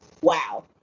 wow